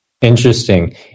Interesting